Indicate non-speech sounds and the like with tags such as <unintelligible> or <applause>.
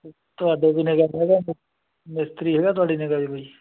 ਤੁਹਾਡੇ ਵੀ <unintelligible> ਮਿਸਤਰੀ ਹੈਗਾ ਤੁਹਾਡੀ ਨਿਗਾਹ 'ਚ ਕੋਈ